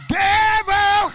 devil